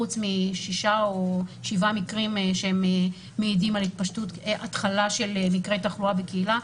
חוץ משישה או שבעה מקרים שמעידים על התחלה של מקרי תחלואה בקהילה,